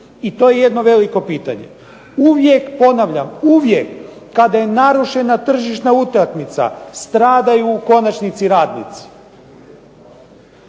I to je jedno veliko pitanje. Uvijek, ponavljam uvijek kada je narušena tržišna utakmica stradaju u konačnici radnici.